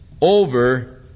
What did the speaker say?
over